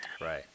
right